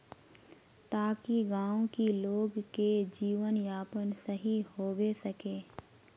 ताकि गाँव की लोग के जीवन यापन सही होबे सके?